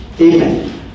Amen